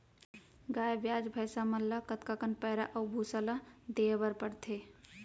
गाय ब्याज भैसा मन ल कतका कन पैरा अऊ भूसा ल देये बर पढ़थे?